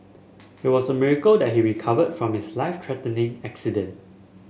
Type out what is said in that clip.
it was a miracle that he recovered from his life threatening accident